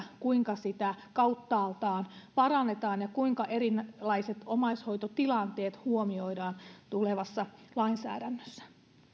kuinka sitä kauttaaltaan parannetaan ja kuinka erilaiset omaishoitotilanteet huomioidaan tulevassa lainsäädännössä